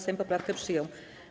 Sejm poprawkę przyjął.